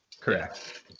Correct